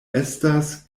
estas